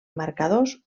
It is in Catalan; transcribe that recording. marcadors